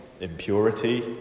impurity